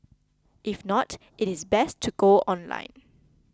if not it is best to go online